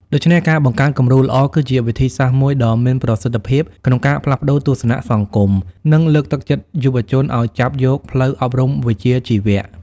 ដូច្នេះ ការបង្កើតគំរូល្អគឺជាវិធីសាស្ត្រមួយដ៏មានប្រសិទ្ធភាពក្នុងការផ្លាស់ប្តូរទស្សនៈសង្គម និងលើកទឹកចិត្តយុវជនឱ្យចាប់យកផ្លូវអប់រំវិជ្ជាជីវៈ។